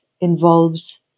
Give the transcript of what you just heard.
involves